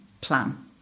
plan